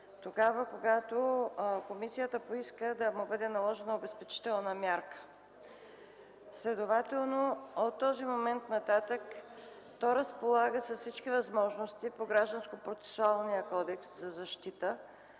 тогава, когато комисията поиска да му бъде наложена обезпечителна мярка. Следователно, от този момент нататък то разполага с всички възможности за защита по Гражданския процесуален кодекс както